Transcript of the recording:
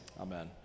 amen